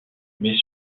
mais